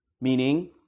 Meaning